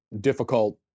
difficult